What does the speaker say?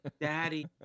daddy